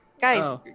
Guys